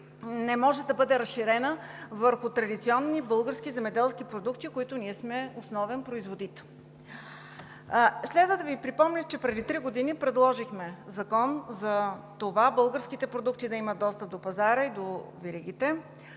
не може да бъде разширена върху традиционни български земеделски продукти, на които ние сме основен производител. Следва да Ви припомня, че преди три години предложихме закон за това българските продукти да имат достъп до пазара и до веригите.